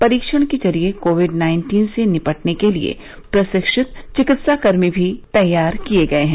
परीक्षण के जरिए कोविड नाइन्टीन से निपटने के लिए प्रशिक्षित चिकित्साकर्मी भी तैयार किए गये हैं